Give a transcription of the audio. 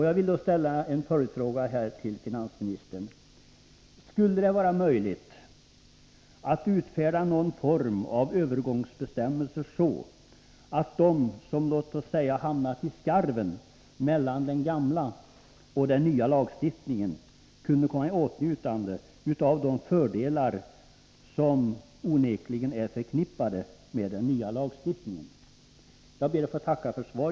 Jag vill därför ställa en följdfråga till finansministern: Skulle det vara möjligt att utfärda någon form av övergångsbestämmelser så att de som låt oss säga har hamnat i skarven mellan den gamla och den nya lagstiftningen kunde komma i åtnjutande av de fördelar som onekligen är förknippade med den nya lagstiftningen? Herr talman!